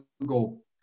Google